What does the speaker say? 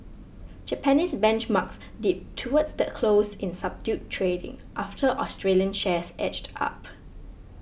Japanese benchmarks dipped towards the close in subdued trading after Australian shares edged up